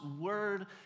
word